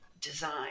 design